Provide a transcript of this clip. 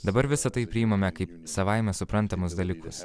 dabar visa tai priimame kaip savaime suprantamus dalykus